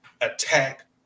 attack